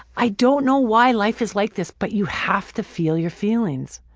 i don't know why life is like this but you have to feel your feelings.